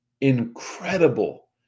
incredible